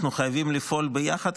אנחנו חייבים לפעול ביחד,